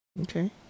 Okay